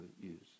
use